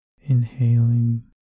inhaling